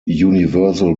universal